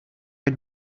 i’d